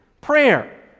prayer